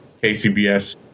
KCBS